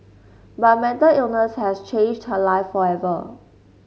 but mental illness has changed her life forever